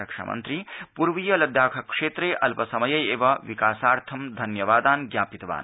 रक्षामन्त्री पूर्वीय लद्दाख क्षेत्रे अल्पसमये एव विकासार्थं धन्यवादान् ज्ञापितवान्